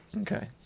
okay